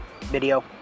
video